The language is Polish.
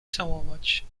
całować